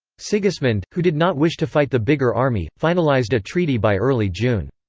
sigismund, who did not wish to fight the bigger army, finalised a treaty by early june.